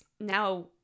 now